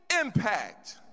impact